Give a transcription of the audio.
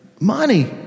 Money